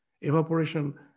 evaporation